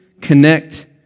connect